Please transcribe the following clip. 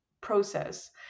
process